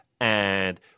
and-